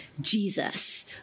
Jesus